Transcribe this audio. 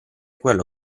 quello